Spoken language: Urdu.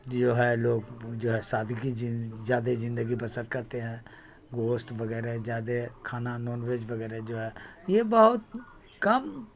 جو ہے لوگ جو ہے سادگی زیادہ زندگی بسر کرتے ہیں گوشت وغیرہ زیادہ کھانا نان ویج وغیرہ جو ہے یہ بہت کم